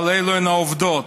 אבל אלו הן העובדות.